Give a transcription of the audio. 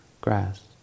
grass